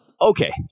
Okay